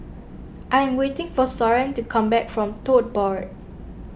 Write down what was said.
I am waiting for Soren to come back from Tote Board